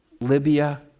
Libya